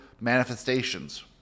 manifestations